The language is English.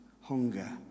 hunger